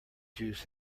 juice